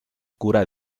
cura